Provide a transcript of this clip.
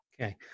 Okay